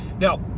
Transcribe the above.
Now